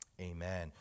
Amen